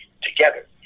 together